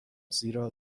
زیرا